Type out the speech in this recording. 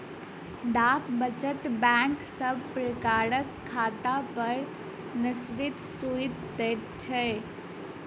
डाक वचत बैंक सब प्रकारक खातापर निश्चित सूइद दैत छै